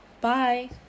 Bye